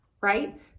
right